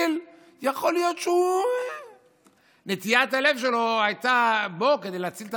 יכול להיות שנטיית הלב שלו הייתה שכדי להציל את